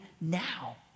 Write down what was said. now